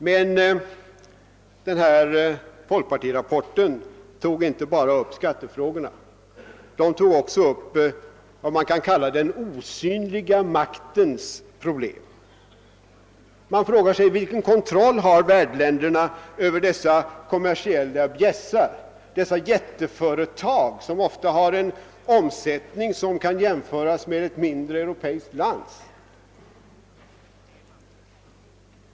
Men den folkpartirapport jag nämnde tog inte bara upp skattefrågorna utan också vad man kan kalla »den osynliga maktens problem». Man frågar sig: Vilken kontroll har värdländerna över dessa kommersiella bjässar, dessa jätteföretag som ofta har en omsättning som kan jämföras med ett mindre europeiskt lands?